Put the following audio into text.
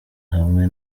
hamwe